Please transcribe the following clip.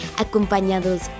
acompañados